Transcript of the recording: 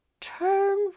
Turn